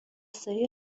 سایه